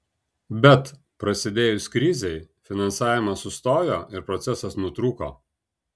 bet prasidėjus krizei finansavimas sustojo ir procesas nutrūko